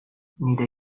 nire